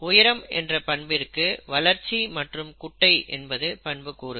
உயரம் என்ற பண்பிற்கு வளர்ச்சி மட்டும் குட்டை என்பது பண்புக்கூறுகள்